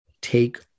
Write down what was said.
take